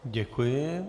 Děkuji.